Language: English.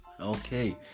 Okay